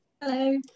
Hello